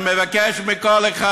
אני מבקש מכל אחד: